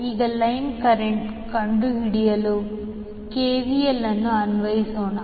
ಈಗ line current ಕಂಡುಹಿಡಿಯಲು KVL ಅನ್ನು ಅನ್ವಯಿಸೋಣ